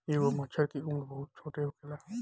एगो मछर के उम्र बहुत छोट होखेला